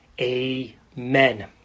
amen